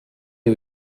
ydy